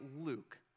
Luke